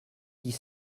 dix